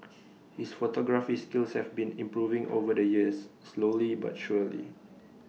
his photography skills have been improving over the years slowly but surely